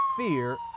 Fear